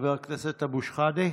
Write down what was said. חבר הכנסת אבו שחאדה,